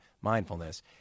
mindfulness